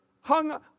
hung